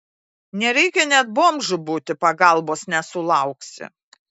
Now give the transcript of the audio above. nereikia net bomžu būti pagalbos nesulauksi